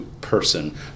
person